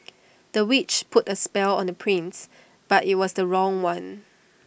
the witch put A spell on the prince but IT was the wrong one